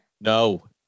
No